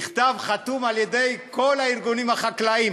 מכתב חתום על-ידי כל הארגונים החקלאיים.